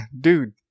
dude